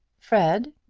fred,